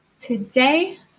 Today